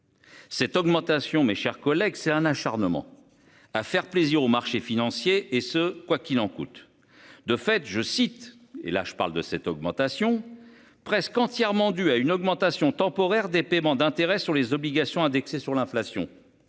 Cette augmentation. Mes chers collègues, c'est un acharnement à faire plaisir aux marchés financiers et ce quoiqu'il en coûte. De fait, je cite, et là je parle de cette augmentation presque entièrement due à une augmentation temporaire des paiements d'intérêts sur les obligations indexées sur l'inflation